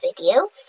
video